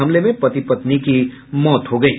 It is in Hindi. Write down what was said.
हमले में पति पत्नी की मौत हो गयी